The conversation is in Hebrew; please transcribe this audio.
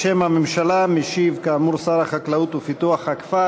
בשם הממשלה משיב כאמור שר החקלאות ופיתוח הכפר,